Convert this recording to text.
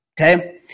Okay